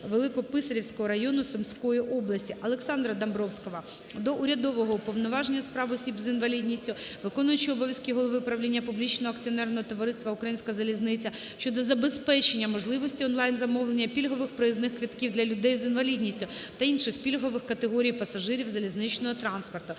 Великописарівського району Сумської області. Олександра Домбровського до Урядового уповноваженого з прав осіб з інвалідністю, виконуючого обов'язки голови правління Публічного акціонерного товариства "Українська залізниця" щодо забезпечення можливості онлайн-замовлення пільгових проїзних квитків для людей з інвалідністю та інших пільгових категорій пасажирів залізничного транспорту.